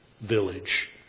village